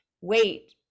wait